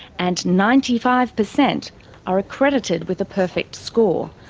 and ninety five per cent are accredited with a perfect score,